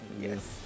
Yes